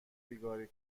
بیگاری